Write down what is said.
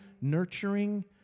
nurturing